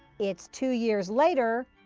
it's two years later.